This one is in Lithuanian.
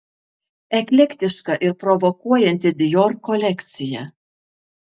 eklektiška ir provokuojanti dior kolekcija